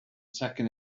taken